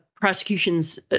prosecution's